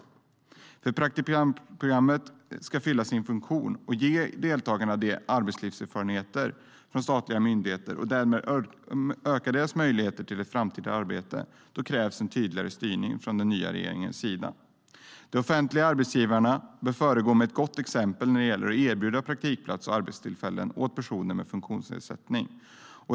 För att praktikprogrammet ska fylla sin funktion - att ge deltagarna arbetslivserfarenhet från statliga myndigheter och därmed öka deras möjligheter till ett framtida arbete - krävs tydligare styrning från den nya regeringens sida. De offentliga arbetsgivarna bör föregå med gott exempel när det gäller att erbjuda praktikplats och arbetstillfällen åt personer med funktionsnedsättning.